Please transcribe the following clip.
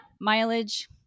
mileage